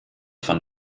von